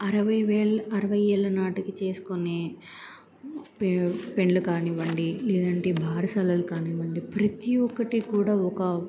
అరవై వేలు అరవై ఏళ్ళ నాటికి చేసుకునే పె పెండ్లు కానివ్వండి లేదంటే బారసాలలు కానివ్వండి ప్రతి ఒక్కటి కూడా ఒక